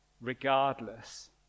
regardless